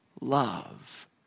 love